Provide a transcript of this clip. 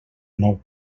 nou